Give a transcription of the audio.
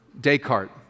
Descartes